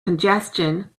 congestion